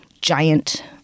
Giant